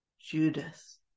Judas